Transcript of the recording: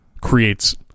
creates